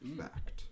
Fact